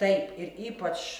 taip ir ypač